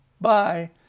bye